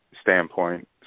standpoint